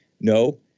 No